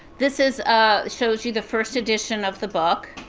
this is ah shows you the first edition of the book.